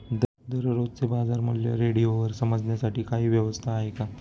दररोजचे बाजारमूल्य रेडिओवर समजण्यासाठी काही व्यवस्था आहे का?